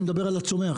אני מדבר על הצומח,